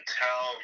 tell